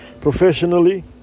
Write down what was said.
professionally